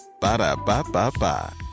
Ba-da-ba-ba-ba